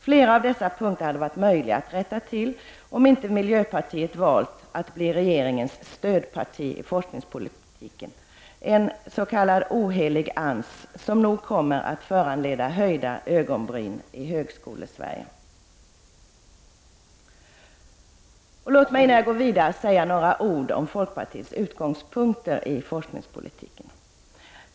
Flera av dessa punkter hade varit möjliga att rätta till om inte miljöpartiet valt att bli regeringens stödparti i forskningspolitiken, en s.k. ohelig allians som nog kommer att föranleda höjda ögonbryn i Högskolesverige. Låt mig innan jag går vidare säga några ord om folkpartiets utgångspunkter i forskningspolitiken.